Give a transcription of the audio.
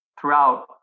throughout